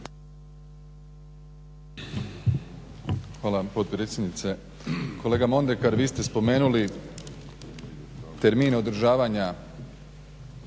Hvala vam potpredsjednice. Kolega Mondekar vi ste spomenuli termin održavanja